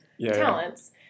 talents